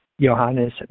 Johannes